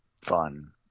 Fun